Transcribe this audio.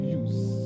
use